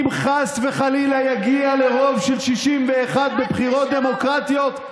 אם חס וחלילה יגיע לרוב של 61 בבחירות דמוקרטיות,